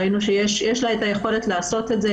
ראינו שיש לה את היכולת לעשות את זה,